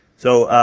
so,